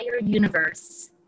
universe